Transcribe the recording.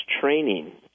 training